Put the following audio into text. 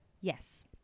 Yes